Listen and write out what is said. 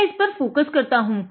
मै इस पर फोकस करता हूँ